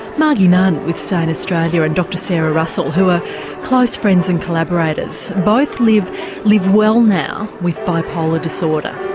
margie nunn, with sane australia, and dr sarah russell, who are close friends and collaborators. both live live well now with bipolar disorder.